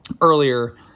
earlier